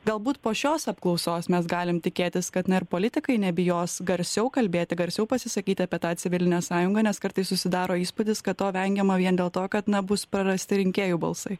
galbūt po šios apklausos mes galim tikėtis kad na ir politikai nebijos garsiau kalbėti garsiau pasisakyti apie tą civilinę sąjungą nes kartais susidaro įspūdis kad to vengiama vien dėl to kad na bus prarasti rinkėjų balsai